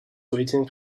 waiting